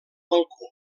balcó